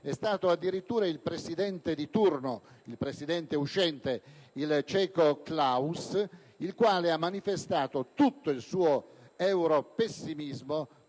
è stato addirittura il presidente di turno uscente, il ceco Klaus, il quale ha manifestato tutto il suo europessimismo